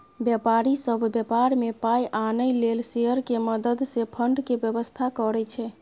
व्यापारी सब व्यापार में पाइ आनय लेल शेयर के मदद से फंड के व्यवस्था करइ छइ